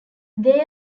they